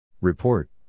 Report